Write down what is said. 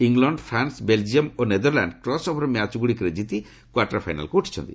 England France Belgium ଓ Netherland cross over ମ୍ୟାଚ୍ଗୁଡ଼ିକରେ କିତି କ୍ୱାର୍ଟର ଫାଇନାଲ୍କୁ ଉଠିଛନ୍ତି